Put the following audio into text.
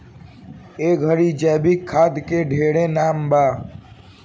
ए घड़ी जैविक खाद के ढेरे नाम बा